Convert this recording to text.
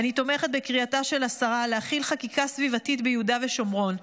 אני תומכת בקריאתה של השרה להחיל חקיקה סביבתית ביהודה ושומרון.